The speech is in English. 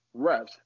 refs